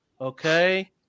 Okay